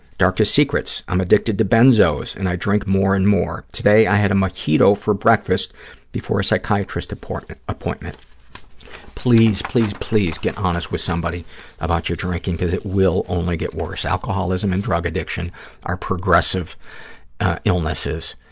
darkest secrets. i'm addicted to benzos and i drink more and more. today i had a mojito for breakfast before a psychiatrist appointment. please, please, please, get honest with somebody about your drinking because it will only get worse. alcoholism and drug addiction are progressive illnesses,